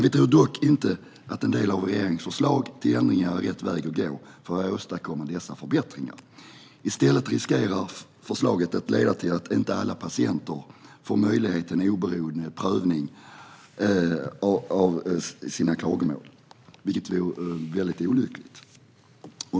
Vi tror dock inte att en del av regeringens förslag till ändringar är rätt väg att gå för att åstadkomma dessa förbättringar. I stället riskerar förslaget att leda till att inte alla patienter får möjlighet till en oberoende prövning av sina klagomål, vilket vore väldigt olyckligt.